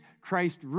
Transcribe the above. Christ